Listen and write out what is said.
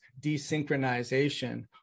desynchronization